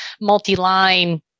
multi-line